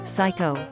Psycho